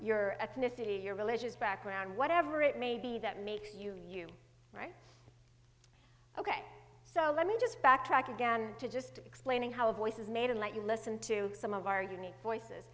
your ethnicity your religious background whatever it may be that makes you you right ok so let me just backtrack again to just explaining how a voice is made and let you listen to some of our unique voices